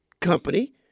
company